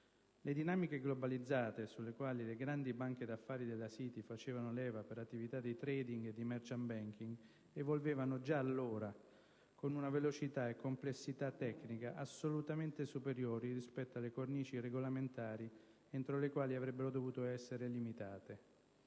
Le dinamiche globalizzate sulle quali le grandi banche d'affari della *city* facevano leva per attività di *trading* e di *merchant banking* evolvevano già allora con una velocità e complessità tecnica assolutamente superiori rispetto alle cornici regolamentari entro le quali avrebbero dovuto essere limitate.